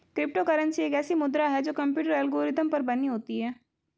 crypto currency एक ऐसी मुद्रा है जो कंप्यूटर एल्गोरिदम पर बनी होती है